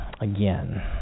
Again